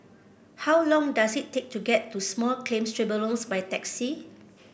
how long does it take to get to Small Claims Tribunals by taxi